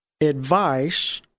advice